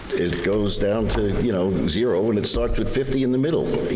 it goes down to, you know, zero and it starts with fifty in the middle,